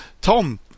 Tom